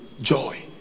Joy